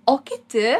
o kiti